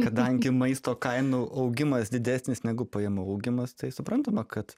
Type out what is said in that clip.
kadangi maisto kainų augimas didesnis negu pajamų augimas tai suprantama kad